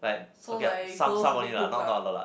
so like girls with big boobs ah